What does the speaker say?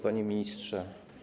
Panie Ministrze!